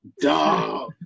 duh